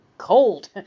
cold